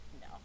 no